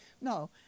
No